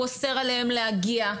הוא אוסר עליהם להגיע.